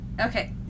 Okay